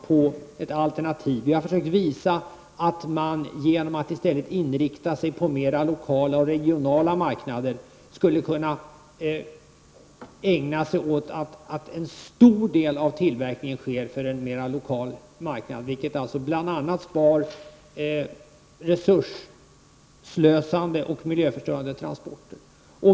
Vi i miljöpartiet har försökt visa på ett alternativ. Genom att i stället inrikta sig på mer regionala och lokala marknader kan man sträva efter att en stor del av tillverkningen sker för att tillgodose en mer lokal marknad, vilket skulle spara in på resursslösande och miljöförstörande transporter.